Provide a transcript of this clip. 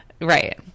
Right